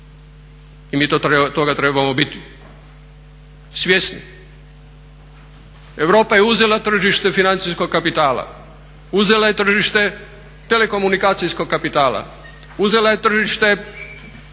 i mi toga trebamo biti svjesni. Europa je uzela tržište financijskog kapitala, uzela je tržište telekomunikacijskog kapitala, uzela je tržište